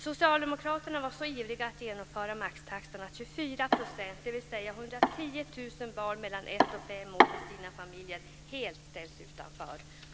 Socialdemokraterna var så ivriga att genomföra maxtaxan att 24 %, dvs. 110 000 barn mellan ett och fem år med sina familjer, helt ställs utanför.